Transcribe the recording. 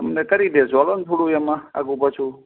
તમને કરી દઈશું ચાલોને થોડું એમાં આઘું પાછું